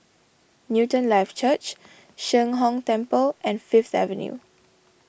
Newton Life Church Sheng Hong Temple and Fifth Avenue